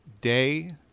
day